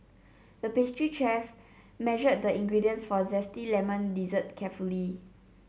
the pastry chef measured the ingredients for a zesty lemon dessert carefully